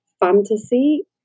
fantasy